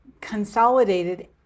consolidated